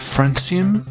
Francium